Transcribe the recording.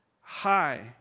high